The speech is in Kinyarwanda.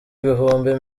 ibihumbi